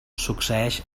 succeeix